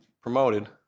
promoted